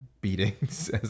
beatings